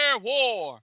war